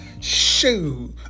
Shoot